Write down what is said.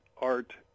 art